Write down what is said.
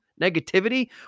negativity